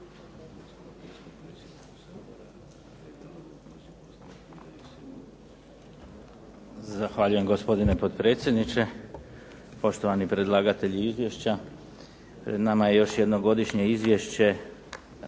Zahvaljujem gospodine potpredsjedniče, poštovani predlagatelji Izvješća. Pred nama je još jedno Godišnje izvješće